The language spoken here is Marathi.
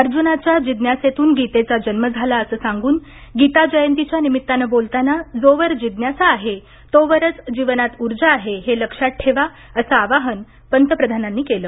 अर्जुनाच्या जिज्ञासेतून गीतेचा जन्म झाला असं सांगून गीता जयंतीच्या निमित्तानं बोलताना जोवर जिज्ञासा आहे तोवरच जीवनात ऊर्जा आहे हे लक्षात ठेवा असं आवाहन पंतप्रधानांनी केलं